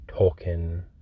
Tolkien